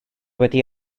wedi